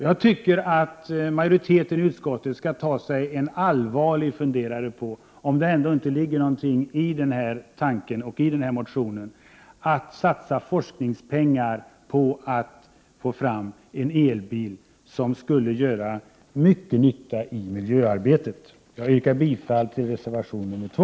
Jag tycker att utskottsmajoriteten skall ta sig en allvarlig funderare på om det ändå inte ligger någonting i tanken i motionen att man skall satsa forskningspengar på att få fram en elbil som skulle göra mycket nytta i miljöarbetet. Jag yrkar bifall till reservation nr 2.